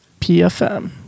PFM